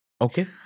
Okay